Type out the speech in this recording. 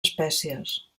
espècies